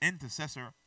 intercessor